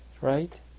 Right